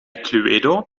cluedo